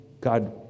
God